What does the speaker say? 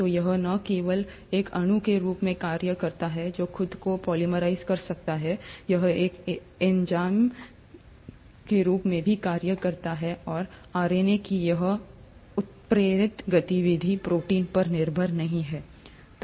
तो यह न केवल एक अणु के रूप में कार्य करता है जो खुद को पोलीमराइज़ कर सकता है यह एक एंजाइम के रूप में भी कार्य कर सकता है और आरएनए की यह उत्प्रेरक गतिविधि प्रोटीन पर निर्भर नहीं है